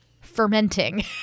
fermenting